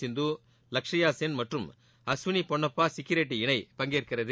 சிந்து லக்ஷயாசென் மற்றம் அஸ்வினி பொன்னாப்பா சிக்கி ரெட்டி இணை பங்கேற்கிறது